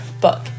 book